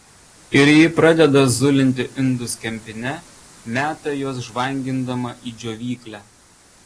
ir ji pradeda zulinti indus kempine meta juos žvangindama į džiovyklę